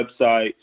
website